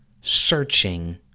searching